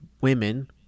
women